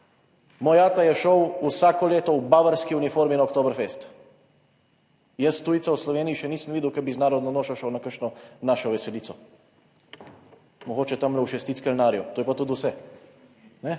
moj ata je šel vsako leto v bavarski uniformi na Oktoberfest. Jaz tujcev v Sloveniji še nisem videl, ki bi z narodno nošo šel na kakšno našo veselico, mogoče tam v Šestici »kelnarijo«, to je pa tudi vse,